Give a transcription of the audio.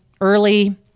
early